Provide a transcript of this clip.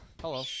Hello